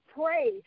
pray